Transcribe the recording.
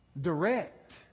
direct